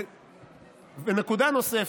נקודה נוספת,